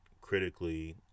critically